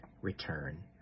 return